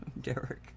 Derek